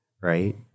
right